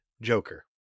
Joker